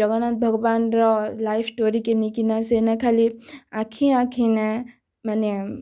ଜଗନ୍ନାଥ ଭଗବାନର ଲାଇଫ୍ ଷ୍ଟୋରୀକି ନେଇ କିନା ସେଇନେ ଖାଲି ଆଖି ଆଖି ନେ ମାନେ